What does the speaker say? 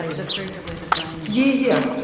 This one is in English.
ah the freezer where the brain is? yeah. yeah